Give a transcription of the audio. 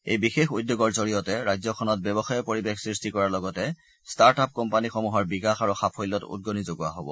এই বিশেষ উদ্যোগৰ জৰিয়তে ৰাজ্যখনত ব্যৱসায়ৰ পৰিৱেশ সৃষ্টি কৰাৰ লগতে ষ্টাৰ্ট আপ কোম্পানীসমূহৰ বিকাশ আৰু সাফল্যত উদগণি যোগোৱা হব